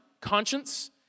conscience